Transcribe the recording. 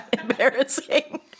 embarrassing